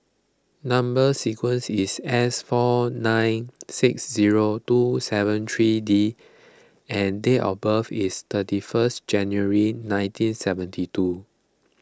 Number Sequence is S four nine six zero two seven three D and date of birth is thirty first January nineteen seventy two